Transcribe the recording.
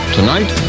Tonight